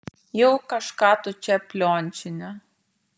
jau kažką tu čia pliončini